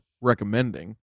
recommending